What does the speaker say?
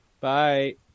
Bye